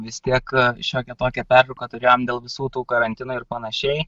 vis tiek šiokią tokią pertrauką turėjom dėl visų tų karantinų ir panašiai